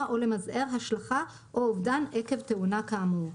או למזער השלכה או אובדן עקב תאונה כאמור.